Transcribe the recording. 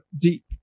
deep